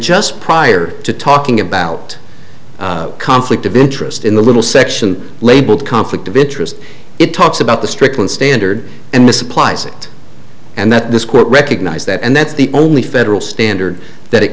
just prior to talking about conflict of interest in the little section labeled conflict of interest it talks about the strickland standard and this applies it and that this court recognized that and that's the only federal standard that it